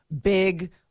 big